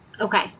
Okay